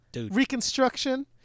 Reconstruction